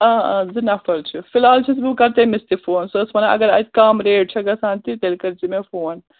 آ آ زٕ نَفر چھُ فِلحال چھَس بہٕ کَرٕ تٔمِس تہِ فون سۅ ٲس وَنان اگر اَتہِ کَم ریٹ چھَ گژھان تہِ تیٚلہِ کٔۍزِ مےٚ فون